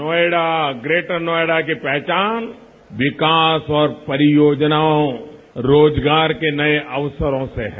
Noida greater Noida की पहचान विकास और परियोजनाओं रोजगार के नए अवसरों से है